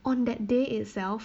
on that day itself